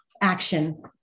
action